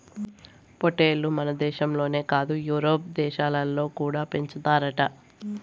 పొట్టేల్లు మనదేశంలోనే కాదు యూరోప్ దేశాలలో కూడా పెంచుతారట